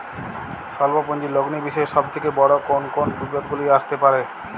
স্বল্প পুঁজির লগ্নি বিষয়ে সব থেকে বড় কোন কোন বিপদগুলি আসতে পারে?